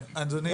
כן, אדוני.